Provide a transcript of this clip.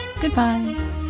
goodbye